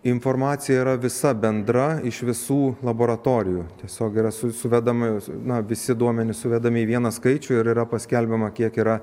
informacija yra visa bendra iš visų laboratorijų tiesiog yra su suvedama na visi duomenys suvedami į vieną skaičių ir yra paskelbiama kiek yra